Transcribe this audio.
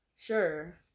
sure